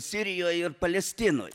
sirijoj ir palestinoj